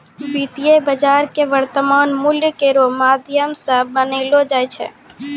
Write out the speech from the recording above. वित्तीय बाजार क वर्तमान मूल्य केरो माध्यम सें बनैलो जाय छै